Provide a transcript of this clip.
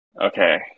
Okay